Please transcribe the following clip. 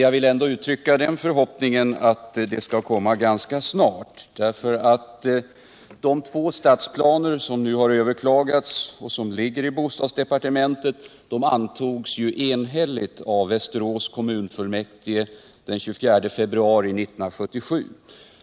Emellertid hoppas jag att det kommer ganska snart, eftersom de två stadsplaner som nu överklagats och som ligger i bostadsdepartementet antogs enhälligt av Västerås kommunfullmäktige den 24 februari 1977.